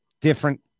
Different